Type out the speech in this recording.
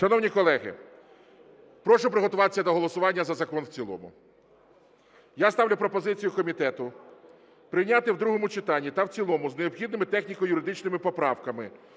Шановні колеги, прошу приготуватися до голосування за закон в цілому. Я ставлю пропозицію комітету прийняти в другому читанні та в цілому з необхідними техніко-юридичними поправками